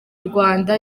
rwanda